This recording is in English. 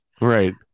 Right